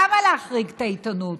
למה להחריג את העיתונות?